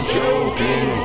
joking